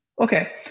Okay